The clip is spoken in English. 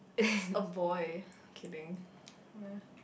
it's a boy kidding ya